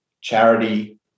charity